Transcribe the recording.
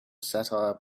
satire